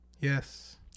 Yes